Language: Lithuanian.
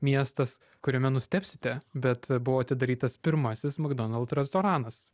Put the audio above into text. miestas kuriame nustebsite bet buvo atidarytas pirmasis makdonald restoranas